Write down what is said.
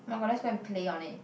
oh-my-god let's go and play on it